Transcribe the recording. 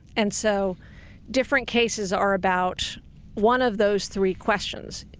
and so different cases are about one of those three questions.